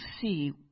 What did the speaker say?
see